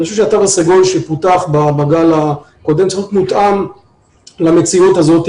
אני חושב שהתו הסגול שפותח בגל הקודם צריך להיות מותאם למציאות הזאת.